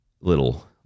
Little